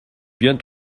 bien